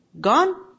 Gone